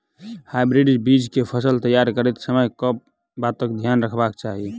Hybrid बीज केँ फसल तैयार करैत समय कऽ बातक ध्यान रखबाक चाहि?